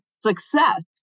success